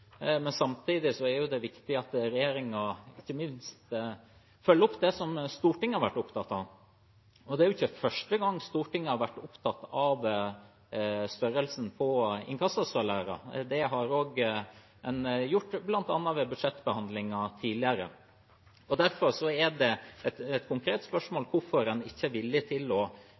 det Stortinget har vært opptatt av. Det er ikke første gang Stortinget har vært opptatt av størrelsen på inkassosalærene. Det har en vært bl.a. ved budsjettbehandlingen tidligere. Derfor er det et konkret spørsmål: Hvorfor er en ikke villig til å